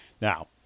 Now